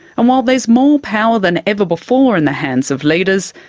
and while there's more power than ever before in the hands of leaders,